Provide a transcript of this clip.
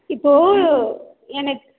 இப்போது எனக்கு